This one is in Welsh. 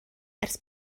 ers